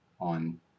on